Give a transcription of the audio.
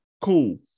cool